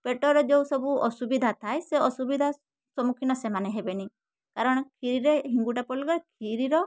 ପେଟରେ ଯେଉଁ ସବୁ ଅସୁବିଧା ଥାଏ ସେ ଅସୁବିଧା ସମ୍ମୁଖୀନ ସେମାନେ ହେବେନି କାରଣ କ୍ଷୀରିରେ ହେଙ୍ଗୁଟା ପଡ଼ିଲେ କ୍ଷୀରିର